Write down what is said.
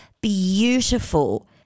beautiful